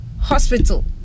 hospital